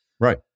Right